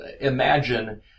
Imagine